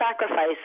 sacrifice